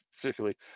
Particularly